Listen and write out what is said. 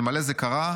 אלמלא זה קרה,